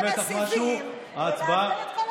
בוא נשים את כל הסיבים ונעביר את כל החוקים.